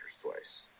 twice